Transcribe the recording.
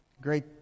great